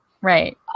Right